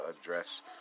address